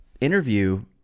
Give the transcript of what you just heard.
interview